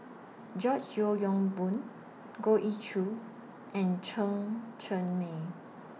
George Yeo Yong Boon Goh Ee Choo and Chen Cheng Mei